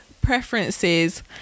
preferences